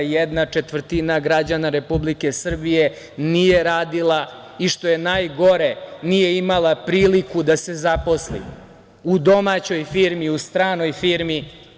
Jedna četvrtina građana Republike Srbije, 25% nije radila i što je najgore, nije imala priliku da se zaposli u domaćoj firmi u stranoj firmi.